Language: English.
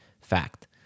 fact